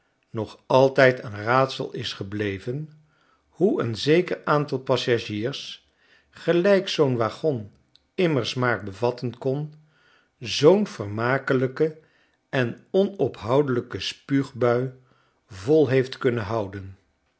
nog altijd eenraadsel is gebleven hoe een zeker aantal passagiers gelijk zoo'n waggon immers maar bevatten kon zoo'n vermakelijke en onophoudelijke spuug bui vol heeft kunnen houden